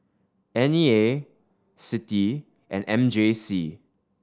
N E A CITI and M J C